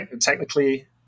technically